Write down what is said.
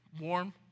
warm